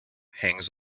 hangs